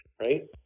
right